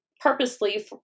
purposely